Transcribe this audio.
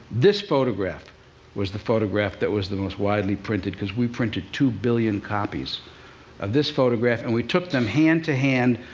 this photograph was the photograph that was the most widely printed, because we printed two billion copies of this photograph, and we took them hand to hand,